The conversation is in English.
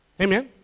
Amen